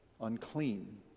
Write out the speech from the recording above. Unclean